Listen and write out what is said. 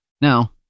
Now